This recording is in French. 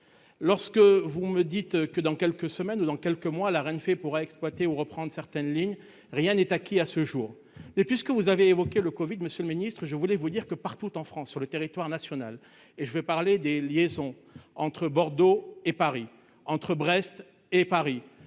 lorsque vous me dites que dans quelques semaines ou dans quelques mois, la reine fait pour exploiter ou reprendre certaines lignes, rien n'est acquis à ce jour, et puisque vous avez évoqué le Covid Monsieur le Ministre, je voulais vous dire que partout en France, sur le territoire national et je vais parler des liaisons entre Bordeaux et Paris, entre Brest et Paris,